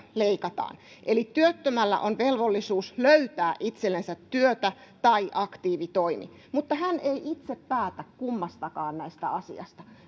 leikataan eli työttömällä on velvollisuus löytää itsellensä työtä tai aktiivitoimi mutta hän ei itse päätä näistä asioista kummastakaan